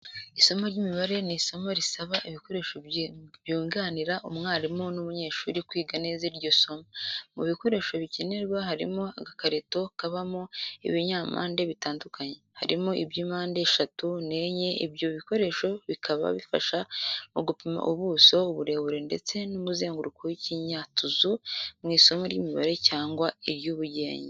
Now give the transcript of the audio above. Isomo ry'imibare ni isomo risaba ibikoresho byunganira umwarimu n'umunyeshuri kwiga neza iryo somo. Mu bikoresho bikenerwa harimo agakarito kabamo ibinyampande bitandukanye, harimo iby'impande eshatu n'enye ibyo bikoresho bikaba bifasha mu gupima ubuso, uburebure ndetse n'umuzenguruko w'ikinyatuzu mu isomo ry'imibare cyangwa iry'ubugenge.